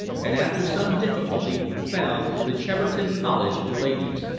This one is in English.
and after some difficulty found the cheverton college for ladies,